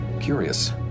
Curious